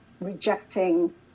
rejecting